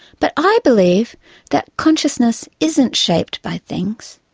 but i believe that consciousness isn't shaped by things.